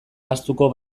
ahaztuko